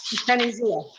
sunny zia?